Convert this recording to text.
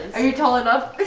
are you tall enough?